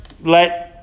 let